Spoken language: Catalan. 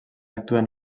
actuen